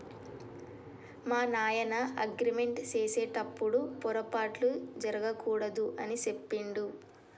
మా నాయన అగ్రిమెంట్ సేసెటప్పుడు పోరపాట్లు జరగకూడదు అని సెప్పిండు